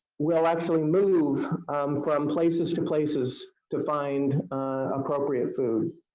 will actually move from places to places to find appropriate food.